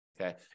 okay